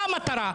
מה המטרה?